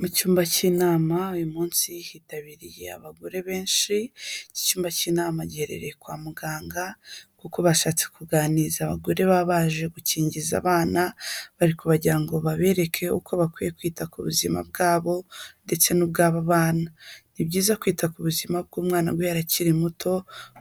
Mu cyumba cy'inama uyu munsi hitabiriye abagore benshi, iki cyumba k'inama giherereye kwa muganga kuko bashatse kuganiriza abagore baba baje gukingiza abana bari kugira ngo babereke uko bakwiye kwita ku buzima bwabo ndetse n'ubwabo bana, ni byiza kwita ku buzima bw'umwana we akiri muto